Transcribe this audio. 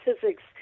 physics